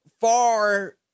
far